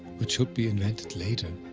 which should be invented later,